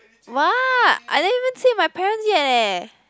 what I don't even say my parents yet eh